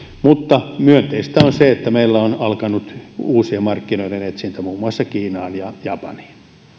mutta myönteistä on se että meillä on alkanut uusien markkinoiden etsintä muun muassa kiinaan ja japaniin